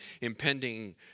impending